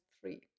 three